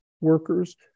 workers